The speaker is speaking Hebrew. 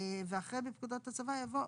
ואחרי בפקודת הצבא יבוא,